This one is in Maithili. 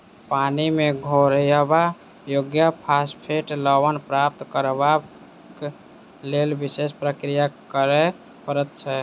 पानि मे घोरयबा योग्य फास्फेट लवण प्राप्त करबाक लेल विशेष प्रक्रिया करय पड़ैत छै